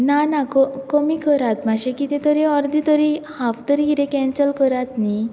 ना ना कमी करात मातशे कितें तरी अर्दें तरी हाफ तरी कितें केन्सल करात न्ही